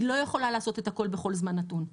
היא לא יכולה לעשות את הכול בכל זמן נתון.